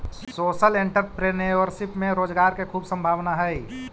social entrepreneurship में रोजगार के खूब संभावना हई